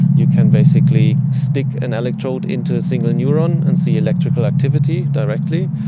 you can basically stick an electrode into a single neuron and see electrical activity directly,